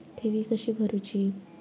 ठेवी कशी भरूची?